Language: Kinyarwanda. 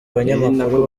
abanyamakuru